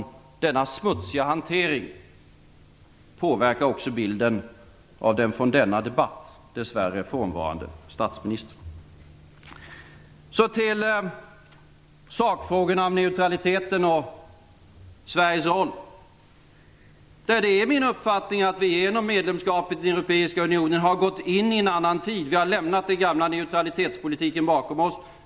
Denna smutsiga hantering påverkar också bilden av den från denna debatt dess värre frånvarande statsministern. Så till sakfrågorna om neutraliteten och Sveriges roll. Det är min uppfattning att vi genom medlemskapet i Europeiska unionen har gått in i en annan tid. Vi har lämnat den gamla neutralitetspolitiken bakom oss.